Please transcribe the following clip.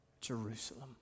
Jerusalem